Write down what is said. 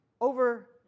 over